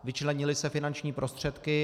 Vyčlenily se finanční prostředky.